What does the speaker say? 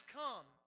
come